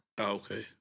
Okay